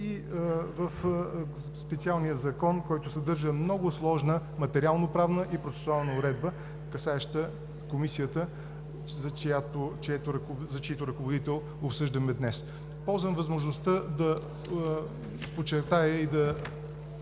и в специалния закон, който съдържа много сложна материалноправна и процесуална уредба, касаеща Комисията, чийто ръководител обсъждаме днес. Ползвам възможността да подчертая и да